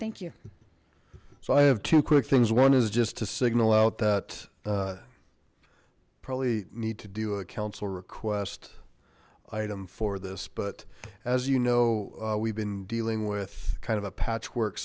thank you so i have two quick things one is just to signal out that probably need to do a council request item for this but as you know we've been dealing with kind of a patchwork